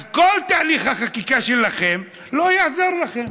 אז כל תהליך החקיקה שלכם לא יעזור לכם.